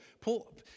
Paul